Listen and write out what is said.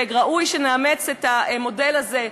וראוי שנאמץ את המודל הזה.